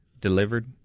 Delivered